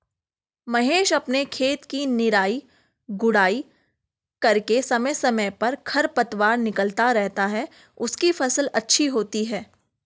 महेश अपने खेत की निराई गुड़ाई करके समय समय पर खरपतवार निकलता रहता है उसकी फसल अच्छी होती है